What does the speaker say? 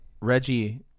Reggie